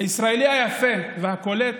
הישראלי היפה והקולט